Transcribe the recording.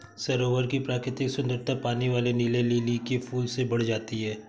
सरोवर की प्राकृतिक सुंदरता पानी वाले नीले लिली के फूल से बढ़ जाती है